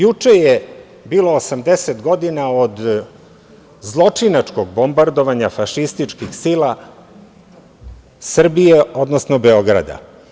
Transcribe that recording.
Juče je bilo 80 godina od zločinačkog bombardovanja fašističkih sila Srbije, odnosno Beograda.